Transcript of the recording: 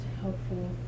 helpful